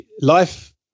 life